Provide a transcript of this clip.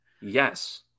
Yes